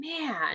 man